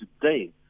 today